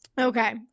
Okay